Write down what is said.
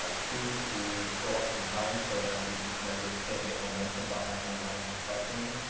ah two to philip some time so that these members can't get momentum behind their lines of questioning.